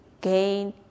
gain